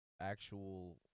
actual